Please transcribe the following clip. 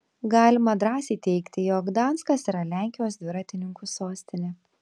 galima drąsiai teigti jog gdanskas yra lenkijos dviratininkų sostinė